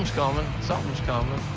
something's coming.